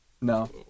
No